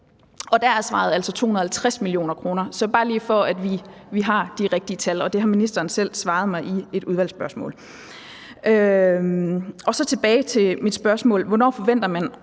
der er svaret altså 250 mio. kr. Det er bare, for at vi har de rigtige tal. Det har ministeren selv svaret på i forbindelse med et udvalgsspørgsmål. Så tilbage til mit spørgsmål